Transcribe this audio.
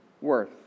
worth